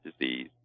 disease